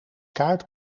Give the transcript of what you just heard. kaart